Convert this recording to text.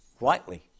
rightly